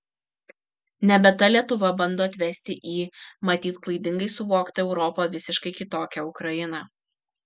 nebe ta lietuva bando atvesti į matyt klaidingai suvoktą europą visiškai kitokią ukrainą